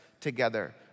together